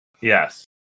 Yes